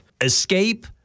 Escape